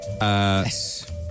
Yes